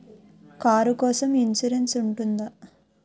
Car కోసం insurance ఉంటుందా?